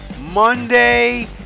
monday